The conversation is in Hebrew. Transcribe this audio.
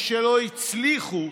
או שלא הצליחו,